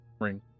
ring